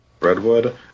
Redwood